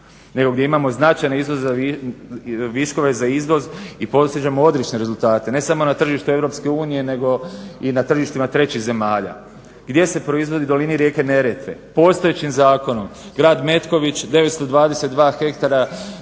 nego gdje imamo značajne viškove za izvoz i postižemo odlične rezultate ne samo na tržištu EU nego i na tržištima trećih zemalja. Gdje se proizvodi? U dolini rijeke Neretve. Postojećim zakonom grad Metković 922 hektara